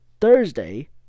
Thursday